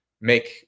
make